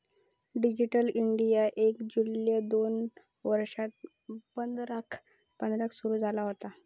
digital India एक जुलै दोन हजार पंधराक सुरू झाला होता